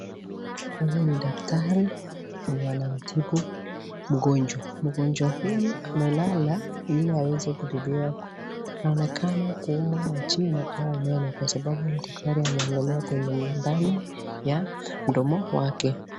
Huyu ni daktari. Yeye anamtibu mgonjwa. Mgonjwa huyu amelala ili aweze kutibiwa. Anaonekana kuumwa na jino au meno kwa sababu daktari anaangalia kwenye ndani ya mdomo wake.